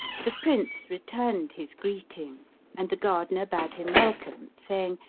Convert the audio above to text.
the prince returned his greeting and the gardener bade him welcome, saying,